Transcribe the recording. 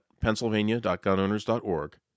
Pennsylvania.gunowners.org